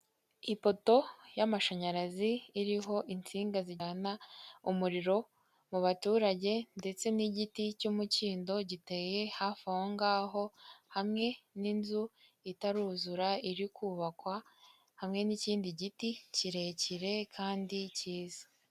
Ipoto y'amashanyarazi iriho insinga zijyana umuriro mu baturage ndetse n'igiti cy'umukindo giteye hafi aho ngaho, hamwe n'inzu itaruzura iri kubakwa hamwe n'ikindi giti kirekire kandi cyiza.